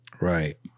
Right